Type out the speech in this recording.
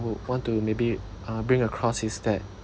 will want to maybe uh bring across is that